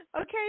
Okay